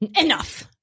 enough